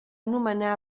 anomenar